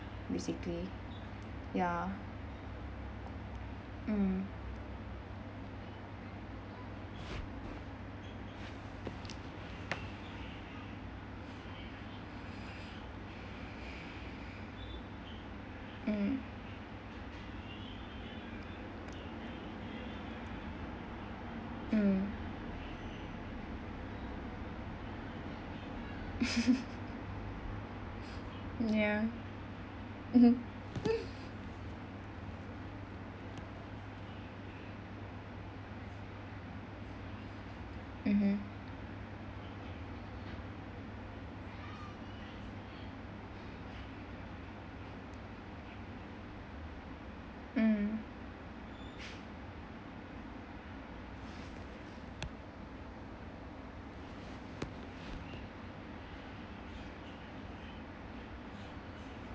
basically ya mm mm mm ya mmhmm mmhmm mm